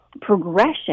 progression